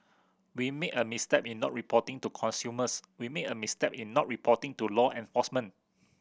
we made a misstep in not reporting to consumers and we made a misstep in not reporting to law enforcement